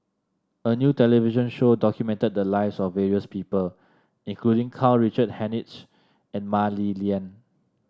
a new television show documented the lives of various people including Karl Richard Hanitsch and Mah Li Lian